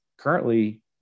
Currently